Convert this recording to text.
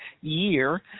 year